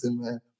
man